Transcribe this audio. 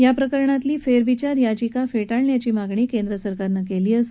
या प्रकरणातली फेरविचार याचिका फेटाळण्याची मागणी केंद्र सरकारनं केली आहे